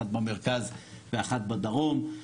אחת במרכז ואחת בדרום.